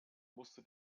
musste